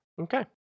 Okay